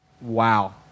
wow